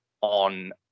on